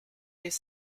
les